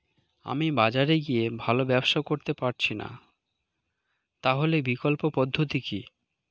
আমি বাজারে গিয়ে ভালো ব্যবসা করতে পারছি না তাহলে বিকল্প পদ্ধতি কি?